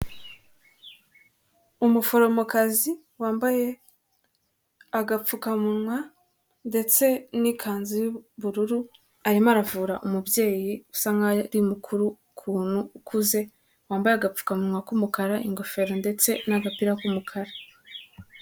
Umuforomokazi wambaye agapfukamunwa ndetse n'ikanzu y'ubururu arimo aravura umubyeyi usa nkaho ari mukuru ukuntu ukuze wambaye agapfukamunwa k'umukara ingofero ndetse n'agapira k'umukara.